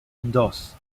dos